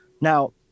Now